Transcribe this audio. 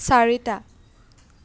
চাৰিটা